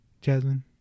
Jasmine